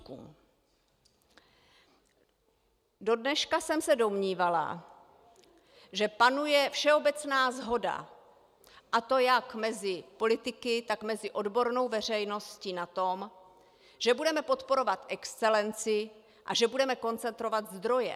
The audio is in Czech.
Do dneška jsem se domnívala, že panuje všeobecná shoda, a to jak mezi politiky, tak mezi odbornou veřejností, na tom, že budeme podporovat excelenci a že budeme koncentrovat zdroje.